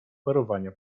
parowania